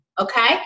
Okay